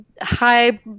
high